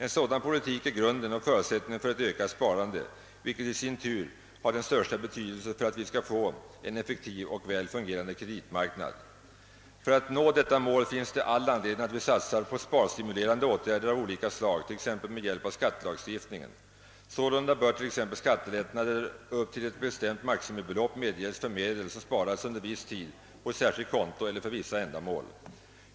En sådan politik är grunden och förutsättningen för ett ökat sparande, vilket i sin tur har den största betydelse för att vi skall få en effektiv och väl fungerande kreditmarknad. För att nå detta mål finns det all anledning att vi satsar på sparstimulerande åtgärder av olika slag, t.ex. med hjälp av skattelagstiftningen. Sålunda bör t.ex. skattelättnader upp till ett bestämt maximibelopp medges för medel, som sparats på ett särskilt konto eller för vissa ändamål.